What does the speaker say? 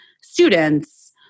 students